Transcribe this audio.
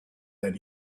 that